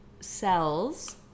cells